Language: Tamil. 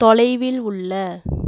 தொலைவில் உள்ள